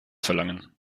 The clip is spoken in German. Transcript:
verlangen